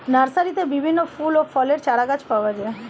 নার্সারিতে বিভিন্ন ফুল এবং ফলের চারাগাছ পাওয়া যায়